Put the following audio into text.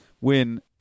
win